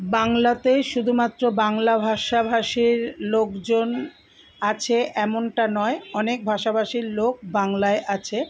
বাংলাতে শুধুমাত্র বাংলা ভাষাভাষীর লোকজন আছে এমনটা নয় অনেক ভাষাভাষীর লোক বাংলায় আছে